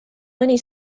mõni